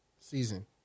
season